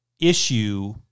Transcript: issue